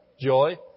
joy